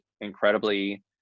incredibly